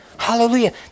Hallelujah